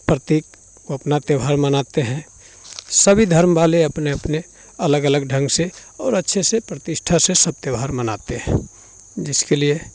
प्रत्येक वो अपना त्योहार मनाते हैं सभी धर्म वाले अपने अपने अलग अलग ढंग से और अच्छे से प्रतिष्ठा से सब त्योहार मनाते हैं जिसके लिए